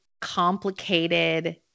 complicated